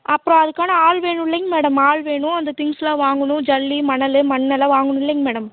அப்புறம் அதுக்கான ஆள் வேணுயில்லைங்க மேடம் ஆள் வேணும் அந்த திங்க்ஸெலாம் வாங்கணும் ஜல்லி மணல் மண்ணெல்லாம் வாங்கணுயில்லைங்க மேடம்